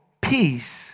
peace